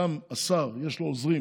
גם לשר יש עוזרים